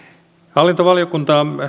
hallintovaliokunta